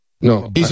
No